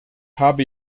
habe